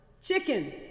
chicken